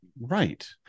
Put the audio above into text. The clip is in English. Right